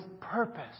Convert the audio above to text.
purpose